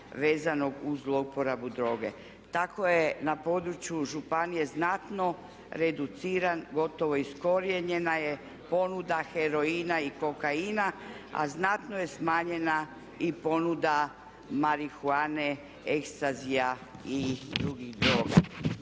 vezanog uz zlouporabe droge. Tako je na području županije znatno reduciran, gotovo iskorijenjena je ponuda heroina i kokaina, a znatno je smanjena i ponuda marihuane, ekstazija i drugih droga.